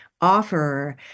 offer